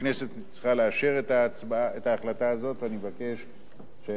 הכנסת צריכה לאשר את ההחלטה הזו ואני מבקש לאשר.